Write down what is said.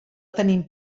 tenim